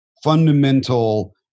fundamental